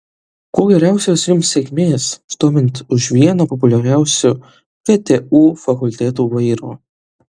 kuo geriausios jums sėkmės stovint už vieno populiariausių ktu fakultetų vairo